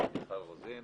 רוזין